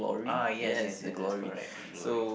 ah yes yes yes that's correct the glory